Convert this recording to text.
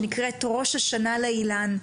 שנקראת 'ראש השנה לאילן'.